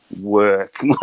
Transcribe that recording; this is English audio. work